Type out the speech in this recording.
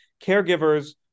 caregivers